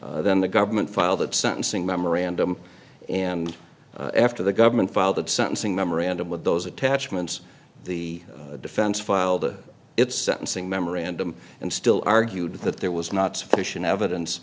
issue then the government file that sentencing memorandum and after the government filed the sentencing memorandum with those attachments the defense filed its sentencing memorandum and still argued that there was not sufficient evidence